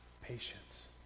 Patience